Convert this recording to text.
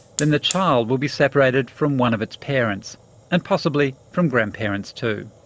then the child will be separated from one of its parents and possibly from grandparents too.